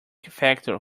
factor